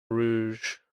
rouge